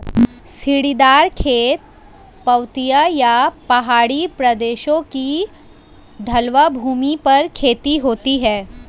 सीढ़ीदार खेत, पर्वतीय या पहाड़ी प्रदेशों की ढलवां भूमि पर खेती होती है